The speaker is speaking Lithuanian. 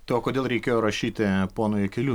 tai o kodėl reikėjo rašyti ponui jakeliū